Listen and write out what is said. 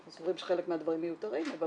אנחנו סבורים שחלק מהדברים מיותרים אבל